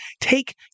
take